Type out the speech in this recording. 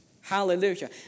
Hallelujah